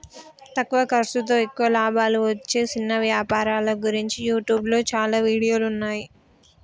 తక్కువ ఖర్సుతో ఎక్కువ లాభాలు వచ్చే చిన్న వ్యాపారాల గురించి యూట్యూబ్లో చాలా వీడియోలున్నయ్యి